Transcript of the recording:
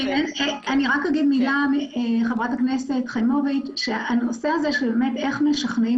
אני רק אגיד מילה חה"כ חיימוביץ' שהנושא הזה של איך משכנעים